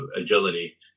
agility